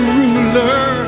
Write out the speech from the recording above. ruler